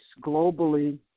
globally